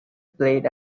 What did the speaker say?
played